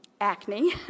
acne